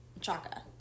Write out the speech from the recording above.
Chaka